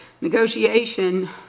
negotiation